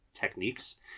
Techniques